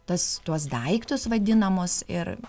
tas tuos daiktus vadinamus ir